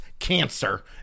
cancer